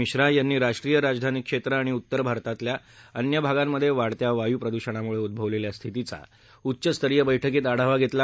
मिश्रा यांनी राष्ट्रीय राजधानी क्षेत्र आणि उत्तर भारतातील अन्य भागांमधे वाढत्या वायू प्रदुषणामुळे उड्रवलेल्या स्थितीचा उच्च स्तरीय बैठकीत आढावा घेतला